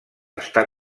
està